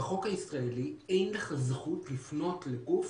בחוק הישראלי אין לך זכות לפנות לגוף